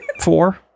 Four